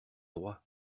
droit